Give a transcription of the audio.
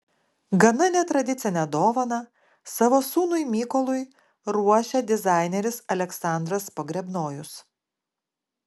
gana netradicinę dovaną savo sūnui mykolui ruošia dizaineris aleksandras pogrebnojus